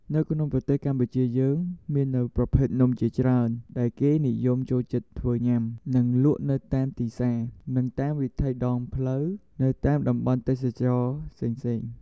នៅក្នុងប្រទេសកម្ពុជាយើងមាននូវប្រភេទនំជាច្រើនដែលគេនិយមចូលចិត្តធ្វើញុាំ និងលក់នៅតាមទីផ្សារ និងតាមវិថីដងផ្លូវនៅតាមតំបន់ទេសចរណ៍ផ្សេងៗ។